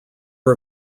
are